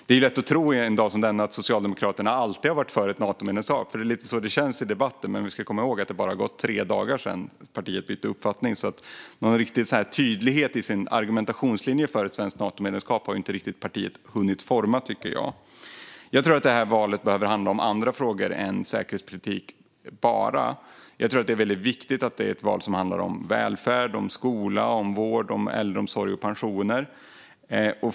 Det är rätt otroligt att en dag som denna säga att Socialdemokraterna alltid har varit för ett Natomedlemskap. Det är lite så det känns i debatten. Men vi ska komma ihåg att det bara har gått tre dagar sedan partiet bytte uppfattning, så någon riktig tydlighet i sin argumentationslinje för ett svenskt Natomedlemskap har inte partiet riktigt hunnit forma. Jag tror att valet behöver handla om andra frågor än bara säkerhetspolitik. Jag tror att det är väldigt viktigt att det är ett val som handlar om välfärd, skola, vård, äldreomsorg och pensioner.